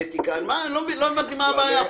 הבנתי מה הבעיה פה.